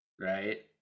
right